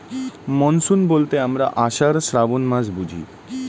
monsoon বলতে আমরা আষাঢ়, শ্রাবন মাস বুঝি